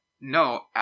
No